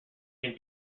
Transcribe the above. can